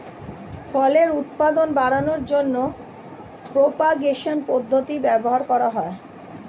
ফলের উৎপাদন বাড়ানোর জন্য প্রোপাগেশন পদ্ধতি ব্যবহার করা হয়